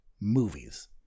movies